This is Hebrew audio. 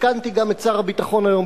עדכנתי גם את שר הביטחון היום,